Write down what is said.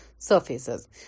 surfaces